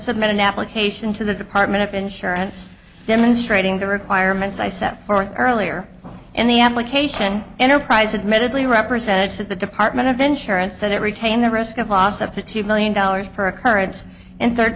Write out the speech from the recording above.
submit an application to the department of insurance demonstrating the requirements i set forth earlier in the application enterprise admittedly represented to the department of insurance that it retained the risk of loss up to two million dollars per occurrence and third